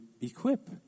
equip